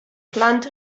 plant